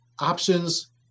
options